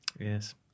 Yes